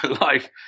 life